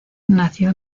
nació